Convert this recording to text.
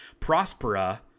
prospera